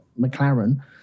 McLaren